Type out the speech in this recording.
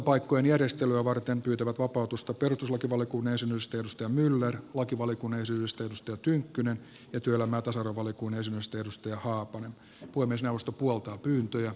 valiokuntapaikkojen järjestelyä varten pyytävät vapautusta perustuslakivaliokunnan jäsenyydestä riitta myller lakivaliokunnan jäsenyydestä oras tynkkynen ja työelämä ja tasa arvovaliokunnan jäsenyydestä satu haapanen puhemiesneuvosto puoltaa pyyntöjä